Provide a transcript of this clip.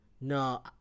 No